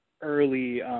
early